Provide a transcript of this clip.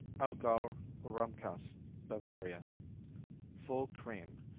allgauer rahmkase bavaria full cream,